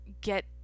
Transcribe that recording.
get